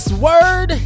word